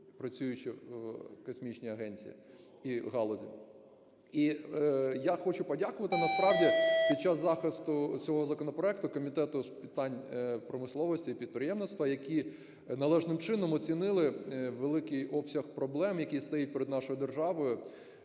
працюючи в космічній агенції і галузі. І я хочу подякувати, насправді, під час захисту цього законопроекту Комітету з питань промисловості і підприємництва, які належним чином оцінили великий обсяг проблем, який стоїть перед нашою державою